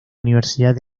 universidad